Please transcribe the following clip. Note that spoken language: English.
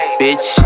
bitch